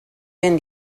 been